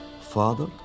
Father